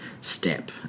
step